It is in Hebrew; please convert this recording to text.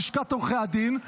לשכת עורכי הדין,